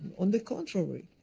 on the contrary,